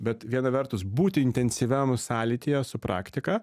bet viena vertus būti intensyviam sąlytyje su praktika